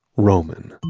roman.